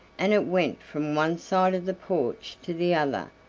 and it went from one side of the porch to the other,